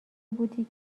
بودی